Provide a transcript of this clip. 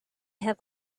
have